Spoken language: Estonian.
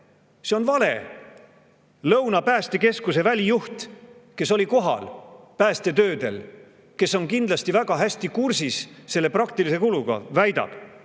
see on vale! Lõuna päästekeskuse välijuht, kes oli päästetöödel kohal ja kes on kindlasti väga hästi kursis selle praktilise kuluga, väitis